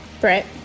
Brett